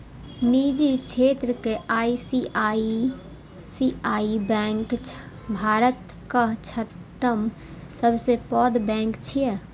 निजी क्षेत्रक ICICI bank भारतक छठम सबसं पैघ बैंक छियै